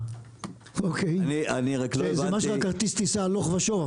אוקיי זה משהו כרטיס טיסה הלוך ושוב,